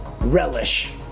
relish